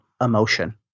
emotion